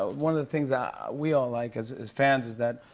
ah one of the things that we all like as as fans is that,